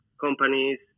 companies